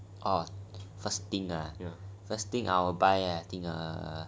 orh first thing ah first thing I will buy I think err